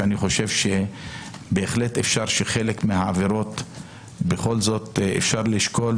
שאני חושב שבהחלט אפשר שחלק מהעבירות בכל זאת אפשר לשקול,